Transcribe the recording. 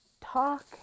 talk